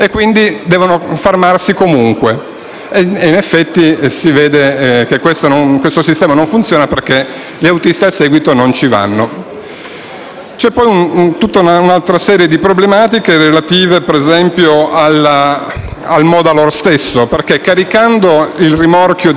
In effetti, si vede che questo sistema non funziona perché gli autisti al seguito non ci vanno. Ci sono poi un'altra serie di problematiche relative allo stesso modalohr, perché caricando il rimorchio dei TIR sul carro modalohr